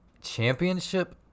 Championship